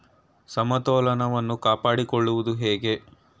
ಸಮತೋಲನವನ್ನು ಕಾಪಾಡಿಕೊಳ್ಳುವುದು ಹೇಗೆ?